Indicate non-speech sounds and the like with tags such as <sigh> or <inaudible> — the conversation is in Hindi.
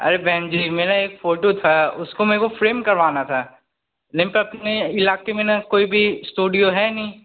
अरे बहन जी मेरा एक फोटो था उसको में वो फ्रेम करवाना था <unintelligible> इलाके में न कोई भी स्टूडियो है नहीं